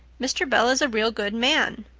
mr. bell is a real good man.